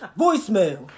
voicemail